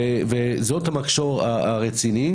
וזה המחסור הרציני.